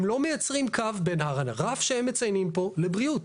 הם לא מייצרים קו בין הרף שהם מציינים פה לבריאות.